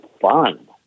fun